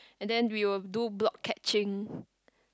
and then we will do block catching